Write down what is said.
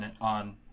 on